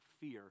fear